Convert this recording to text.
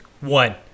one